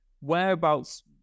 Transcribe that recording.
Whereabouts